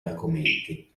argomenti